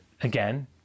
again